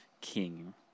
king